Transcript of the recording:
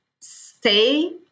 stay